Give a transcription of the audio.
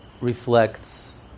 reflects